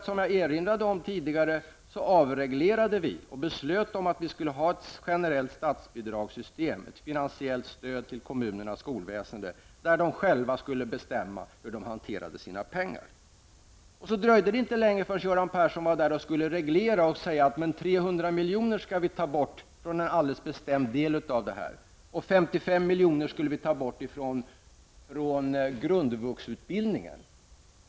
Som jag erinrade om tidigare, avreglerade vi och beslöt att vi skulle ha ett generellt statsbidragssystem, ett finansiellt stöd, till kommunernas skolväsende där de själva skulle bestämma hur de hanterade sina pengar. Det dröjde inte länge förrän Göran Persson var där och skulle reglera och sade att 300 miljoner skulle vi ta bort från en alldeles bestämd del av detta. 55 miljoner skulle vi ta bort från grundvuxutbildningen.